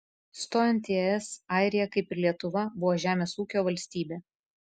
stojant į es airija kaip ir lietuva buvo žemės ūkio valstybė